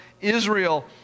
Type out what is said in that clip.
Israel